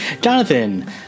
Jonathan